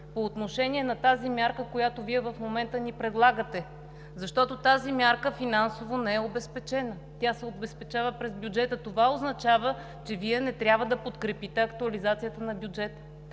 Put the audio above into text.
по отношение на мярката, която в момента ни предлагате? (Реплики.) Тази мярка финансово не е обезпечена, тя се обезпечава през бюджета. Това означава, че Вие не трябва да подкрепите актуализацията на бюджета.